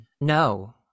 no